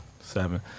Seven